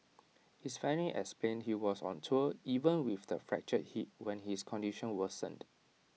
his family explained he was on tour even with the fractured hip when his condition worsened